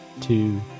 two